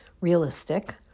realistic